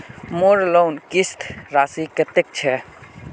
मोर लोन किस्त राशि कतेक छे?